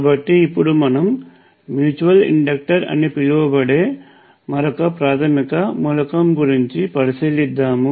కాబట్టి ఇప్పుడు మనం మ్యూచువల్ ఇండక్టర్ అని పిలువబడే మరొక ప్రాథమిక మూలకము గురించి పరిశీలిద్దాము